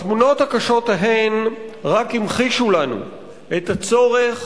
התמונות הקשות ההן רק המחישו לנו את הצורך